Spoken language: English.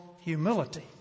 humility